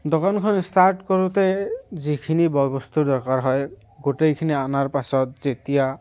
দোকানখন ষ্টাৰ্ট কৰোঁতে যিখিনি বয় বস্তুৰ দৰকাৰ হয় গোটেইখিনি অনাৰ পাছত যেতিয়া